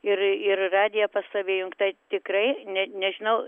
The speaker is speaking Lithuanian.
ir ir radija pastoviai įjungta tikrai net nežinau